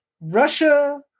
Russia